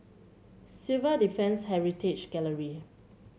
Civil Defence Heritage Gallery